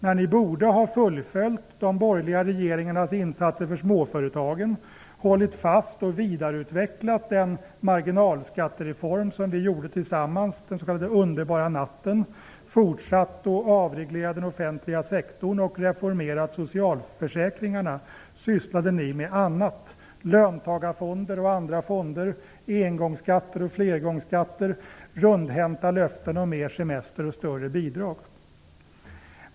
När de borde ha fullföljt de borgerliga regeringarnas insatser för småföretagen, hållit fast vid och vidareutvecklat den marginalskattereform som vi gjorde tillsammans den s.k. underbara natten, fortsatt att avreglera den offentliga sektorn och reformera socialförsäkringarna sysslade de med annat. De sysslade bl.a. med löntagarfonder och andra fonder, engångsskatter och flergångsskatter, rundhänta löften om mer semester och större bidrag.